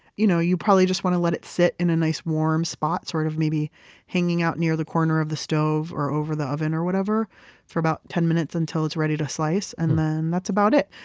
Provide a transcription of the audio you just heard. you know you probably just want to let it sit in a nice, warm spot, spot, sort of maybe hanging out near the corner of the stove or over the oven or whatever for about ten minutes until it's ready to slice. and then that's about it.